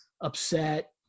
upset